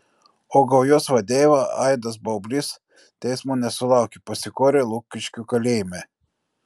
o gaujos vadeiva aidas baublys teismo nesulaukė pasikorė lukiškių kalėjime